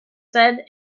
said